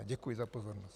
Děkuji za pozornost.